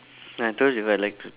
uh told you I like to